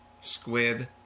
squid